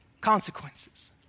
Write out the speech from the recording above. consequences